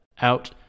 out